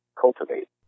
cultivate